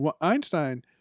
Einstein